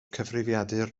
cyfrifiadur